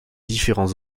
différents